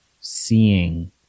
seeing